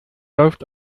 läuft